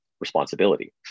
responsibility